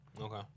Okay